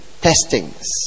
testings